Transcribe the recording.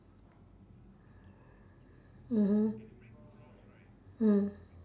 mmhmm mm